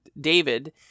David